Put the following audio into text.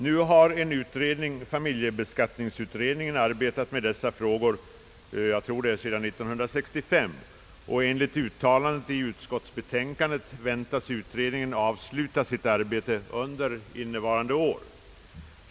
Nu har familjebeskattningsutredningen arbetat med dessa frågor sedan 1965. Enligt uttalande i utskottsbetänkandet väntas utredningen avsluta sitt arbete under innevarande år.